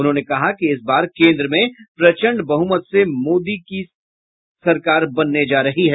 उन्होंने कहा कि इस बार केन्द्र में प्रचंड बहुमत से मोदी जी की सरकार बनने जा रही है